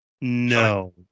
No